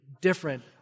different